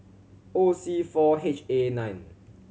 O C four H A nine